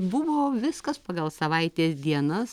buvo viskas pagal savaitės dienas